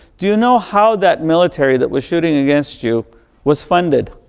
do you know how that military that was shooting against you was funded?